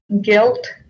guilt